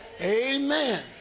Amen